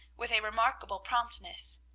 with a remarkable promptness.